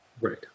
Right